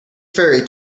ferry